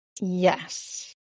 Yes